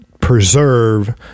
preserve